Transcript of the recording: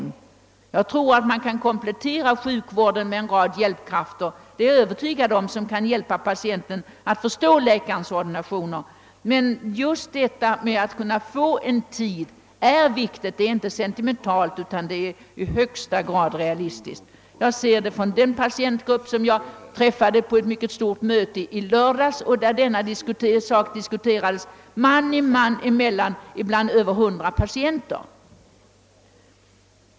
Jag är övertygad om att man kan komplettera sjukvården med en rad hjälpkrafter, som kan bistå patienten att förstå läkarens ordinationer. Men just detta att få tid för samtal är viktigt. Det är inte en sentimental önskan utan ett i högsta grad realistiskt krav; det har jag också fått veta av den patientgrupp, som jag träffade på ett mycket stort möte i lördags, där saken diskuterades man och man emellan bland över 100 personer.